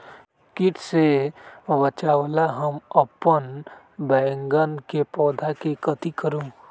किट से बचावला हम अपन बैंगन के पौधा के कथी करू?